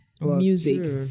music